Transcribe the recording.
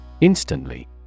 instantly